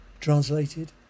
Translated